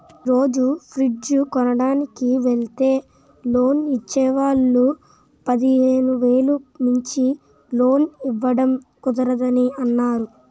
ఈ రోజు ఫ్రిడ్జ్ కొనడానికి వెల్తే లోన్ ఇచ్చే వాళ్ళు పదిహేను వేలు మించి లోన్ ఇవ్వడం కుదరదని అన్నారు